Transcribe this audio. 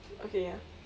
okay ya